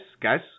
guys